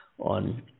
on